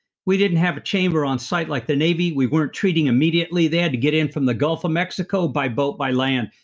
we didn't have a chamber on site like the navy, we weren't treating immediately. they had to get in from the gulf of mexico by boat, by land.